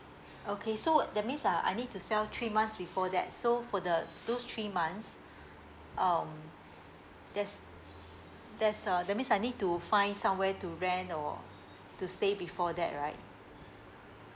okay so that means uh I need to sell three months before that so for the those three months um there's there's a that means I need to find somewhere to rent or to stay before that right